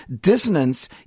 Dissonance